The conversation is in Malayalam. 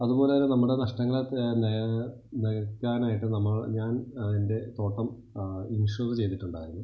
അതുപോലെ തന്നെ നമ്മുടെ നഷ്ടങ്ങൾ പിന്നെ നികത്താനായിട്ട് നമ്മൾ ഞാൻ എൻ്റെ തോട്ടം ഇൻഷൂറ് ചെയ്തിട്ടുണ്ടായിരുന്നു